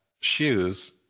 shoes